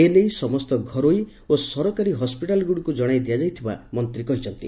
ଏ ନେଇ ସମସ୍ତ ଘରୋଇ ଓ ସରକାରୀ ହସ୍ତିଟାଲ୍ଗୁଡ଼ିକୁ ଜଣାଇ ଦିଆଯାଇଥିବା ମନ୍ତୀ କହିଛନ୍ତି